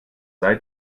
sei